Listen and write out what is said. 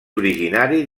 originari